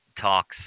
talks